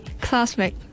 classmate